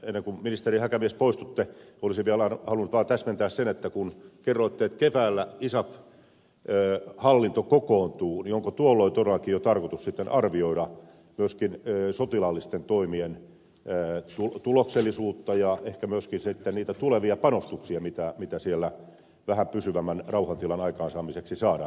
ennen kuin ministeri häkämies poistutte olisin vielä halunnut vaan täsmentää sen että kun kerroitte että keväällä isaf hallinto kokoontuu niin onko tuolloin todellakin jo tarkoitus sitten arvioida myöskin sotilaallisten toimien tuloksellisuutta ja ehkä myöskin sitten niitä tulevia panostuksia mitä siellä vähän pysyvämmän rauhantilan aikaansaamiseksi saadaan